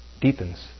deepens